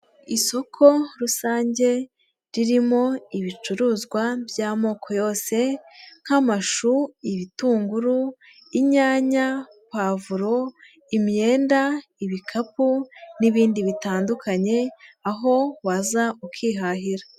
Isoko rusange ririmo ibicuruzwa by'amoko yose nk'amashu, ibitunguru, inyanya, pavuro, imyenda, ibikapu n'ibindi bitandukanye, aho waza ukihahira.